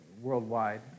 worldwide